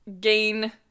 gain